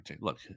look